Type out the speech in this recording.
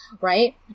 right